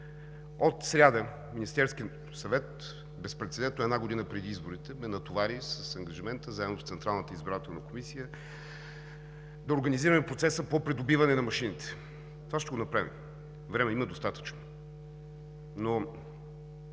От сряда Министерският съвет – безпрецедентно една година преди изборите, ме натовари с ангажимента заедно с Централната избирателна комисия да организираме процеса по придобиване на машините. Това ще го направим, време има достатъчно,